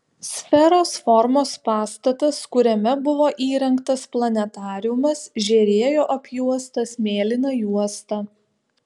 sferos formos pastatas kuriame buvo įrengtas planetariumas žėrėjo apjuostas mėlyna juosta